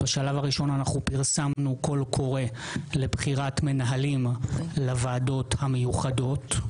בשלב הראשון פרסמנו קול קורא לבחירת מנהלים לוועדת המיוחדות,